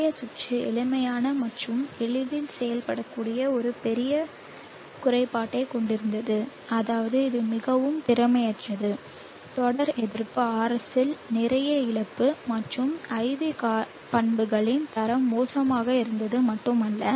முந்தைய சுற்று எளிமையான மற்றும் எளிதில் செயல்படுத்தக்கூடிய ஒரு பெரிய குறைபாட்டைக் கொண்டிருந்தது அதாவது இது மிகவும் திறமையற்றது தொடர் எதிர்ப்பு RS ல் நிறைய இழப்பு மற்றும் IV பண்புகளின் தரம் மோசமாக இருந்தது மட்டுமல்ல